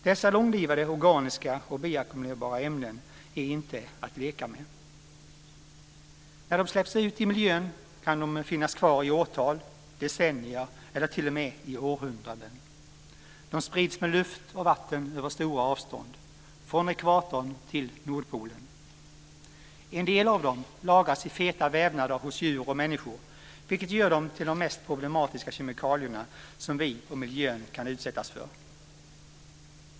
Dessa långlivade organiska och bioackumulerbara ämnen är inte att leka med. När de släpps ut i miljön kan de finnas kvar i årtal, decennier eller t.o.m. i århundraden. De sprids med luft och vatten över stora avstånd, från ekvatorn till Nordpolen. En del av dem lagras i feta vävnader hos djur och människor, vilket gör dem till de mesta problematiska kemikalier som vi och miljön kan utsättas för.